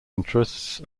interests